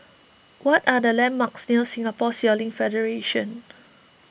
what are the landmarks near Singapore Sailing Federation